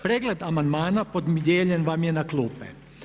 Pregled amandmana podijeljen vam je na klupe.